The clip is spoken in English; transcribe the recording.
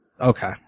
Okay